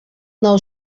nou